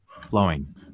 flowing